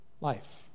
life